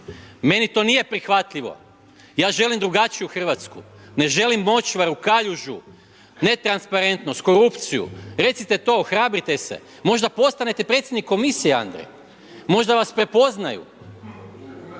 meni to nije prihvatljivo, ja želim drugačiju Hrvatsku, ne želim močvaru, kaljužu, netransparentnost, korupciju, recite to, ohrabrite se. Možda postanete predsjednik komisije Andrej, možda vas prepoznaju.